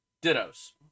Dittos